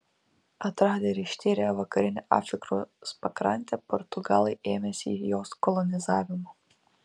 atradę ir ištyrę vakarinę afrikos pakrantę portugalai ėmėsi jos kolonizavimo